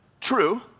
true